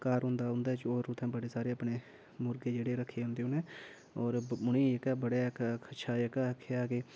घर होंदा उं'दे च होर उत्थै बड़े सारे अपने मुर्गे जेह्ड़े रक्खे दे होंदे उनें होर उनेंगी जेह्का बड़ा इक अच्छा जेह्का आखेआ कि